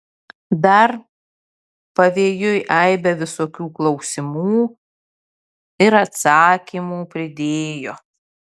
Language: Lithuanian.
dar pavėjui aibę visokių klausimų ir atsakymų pridėjo